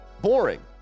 Boring